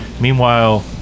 Meanwhile